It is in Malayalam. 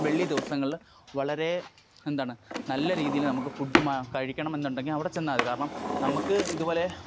വെള്ളി ദിവസങ്ങളില് വളരെ എന്താണ് നല്ല രീതിയിൽ നമുക്ക് ഫുഡ് മ കഴിക്കണം എന്നുണ്ടെങ്കില് അവിടെ ചെന്നാല് മതി കാരണം നമ്മള്ക്ക് ഇതുപോലെ